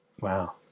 Wow